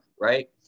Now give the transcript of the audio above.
right